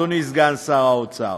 אדוני סגן שר האוצר.